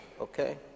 okay